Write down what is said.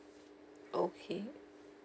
okay